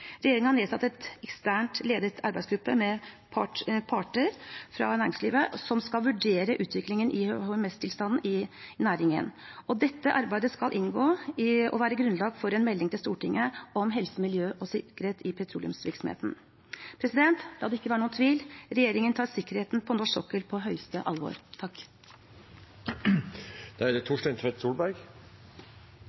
har nedsatt en eksternt ledet arbeidsgruppe med parter fra næringslivet som skal vurdere utviklingen i HMS-tilstanden i næringen. Dette arbeidet skal være grunnlag for en melding til Stortinget om helse, miljø og sikkerhet i petroleumsvirksomheten. La det ikke være noen tvil: Regjeringen tar sikkerheten på norsk sokkel på høyeste alvor. Først av alt vil jeg takke for debatten, takke dem som deltok. Det